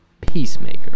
Peacemaker